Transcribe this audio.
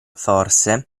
forse